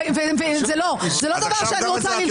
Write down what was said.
וזה לא דבר שאני רוצה ללמוד.